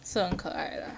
是很可爱 lah